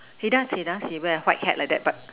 he does he does he wear a white hat like that but